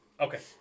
Okay